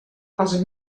els